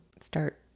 start